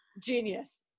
genius